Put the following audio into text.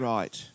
Right